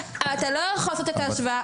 אדוני, אתה לא יכול לעשות את ההשוואה.